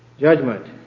judgment